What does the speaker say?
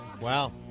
Wow